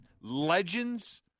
legends